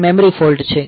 તે memory fault છે